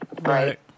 right